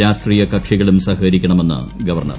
രാഷ്ട്രീയകക്ഷികളും സഹകരിക്കണമെന്ന് ഗവർണർ